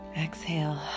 exhale